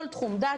כל תחום דעת,